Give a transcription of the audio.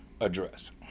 address